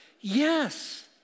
Yes